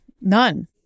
None